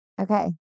Okay